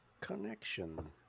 connection